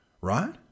right